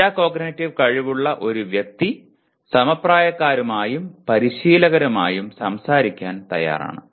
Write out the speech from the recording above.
metacognitive കഴിവുള്ള ഒരു വ്യക്തി സമപ്രായക്കാരുമായും പരിശീലകരുമായും സംസാരിക്കാൻ തയ്യാറാണ്